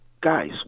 guys